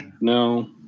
no